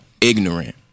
ignorant